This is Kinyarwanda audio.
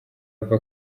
ava